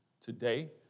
today